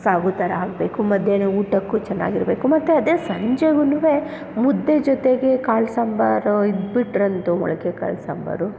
ಸಾಗು ಥರ ಆಗಬೇಕು ಮಧ್ಯಾಹ್ನ ಊಟಕ್ಕೂ ಚೆನ್ನಾಗಿರ್ಬೇಕು ಮತ್ತೇ ಅದೇ ಸಂಜೆಗೂನೂ ಮುದ್ದೆ ಜೊತೆಗೆ ಕಾಳು ಸಾಂಬಾರು ಇದ್ದುಬಿಟ್ರಂತು ಮೊಳಕೆ ಕಾಳು ಸಾಂಬಾರು